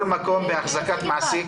כל מקום בהחזקת מעסיק.